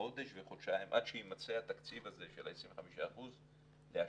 חודש וחודשיים עד שיימצא התקציב הזה של לה-25 אחוזים להשלמה.